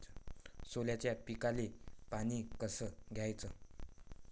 सोल्याच्या पिकाले पानी कस द्याचं?